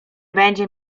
będzie